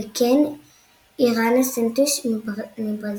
וכן אירנה סנטוש מברזיל.